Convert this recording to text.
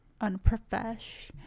unprofesh